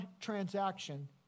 transaction